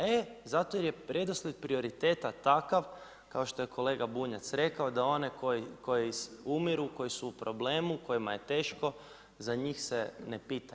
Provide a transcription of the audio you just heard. E zato jer je redoslijed prioriteta takav, kao što je kolega Bunjac rekao, da oni koji umiru, koji su u problemu, kojima je teško, za njih se ne pita.